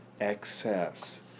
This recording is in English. excess